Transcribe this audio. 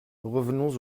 revenons